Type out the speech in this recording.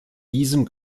diesem